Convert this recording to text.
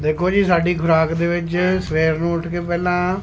ਦੇਖੋ ਜੀ ਸਾਡੀ ਖੁਰਾਕ ਦੇ ਵਿੱਚ ਸਵੇਰ ਨੂੰ ਉੱਠ ਕੇ ਪਹਿਲਾਂ